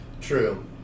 true